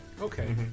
Okay